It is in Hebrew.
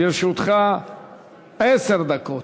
לרשותך עשר דקות.